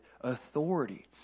authority